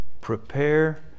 Prepare